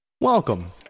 Welcome